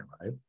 right